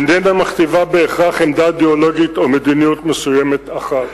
איננה מכתיבה בהכרח עמדה אידיאולוגית או מדיניות מסוימת אחת.